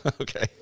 Okay